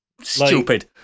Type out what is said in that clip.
Stupid